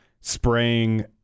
spraying